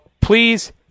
please